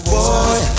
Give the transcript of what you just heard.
Boy